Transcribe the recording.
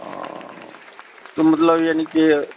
ਹਾਂ ਤਾਂ ਮਤਲਬ ਯਾਨੀ ਕਿ